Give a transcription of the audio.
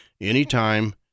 Anytime